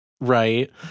right